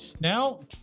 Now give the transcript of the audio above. Now